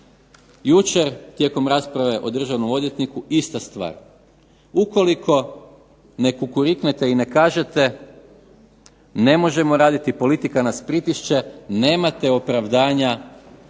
Jučer tijekom rasprave o državnom odvjetniku ista stvar. ukoliko ne kukuriknete i ne kažete ne možemo raditi politika nas pritišće, nemate opravdanja da